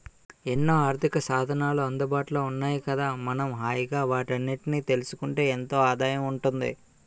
ఎన్నో ఆర్థికసాధనాలు అందుబాటులో ఉన్నాయి కదా మనం హాయిగా వాటన్నిటినీ తెలుసుకుంటే ఎంతో ఆదాయం ఉంటుంది